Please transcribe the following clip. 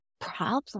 problem